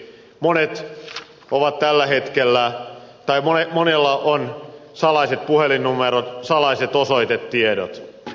monet syyt ovat tällä hetkellä hän toivoi monilla on salaiset puhelinnumerot salaiset osoitetiedot